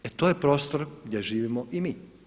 E to je prostor gdje živimo i mi.